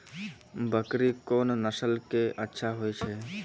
बकरी कोन नस्ल के अच्छा होय छै?